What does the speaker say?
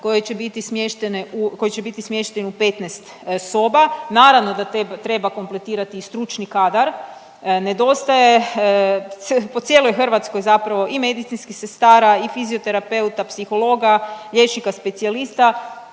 koji će biti smješteni u 15 soba, naravno da treba kompletirati i stručni kadar. Nedostaje po cijeloj Hrvatskoj zapravo i medicinskih sestara i fizioterapeuta, psihologa, liječnika specijalista